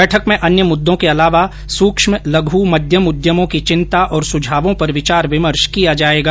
बैठक में अन्य मुद्दों के अलावा सूक्ष्म लघु मध्यम उद्यमों की चिंता और सुझावों पर विचार विमर्श किया जायेगा